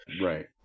Right